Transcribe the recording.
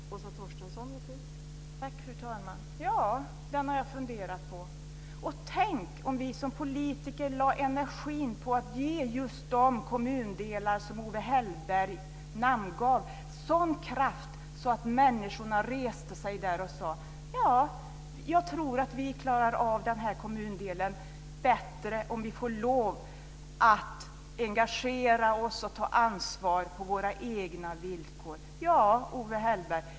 Fru talman! Ja, den har jag funderat på. Tänk om vi som politiker lade energin på att ge just de kommundelar som Owe Hellberg namngav sådan kraft att människorna där reste sig och sade så här: Vi tror att vi klarar av denna kommundel bättre om vi får lov att engagera oss och ta ansvar på våra egna villkor.